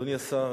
אדוני השר,